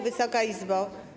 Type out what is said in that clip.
Wysoka Izbo!